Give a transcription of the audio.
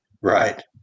Right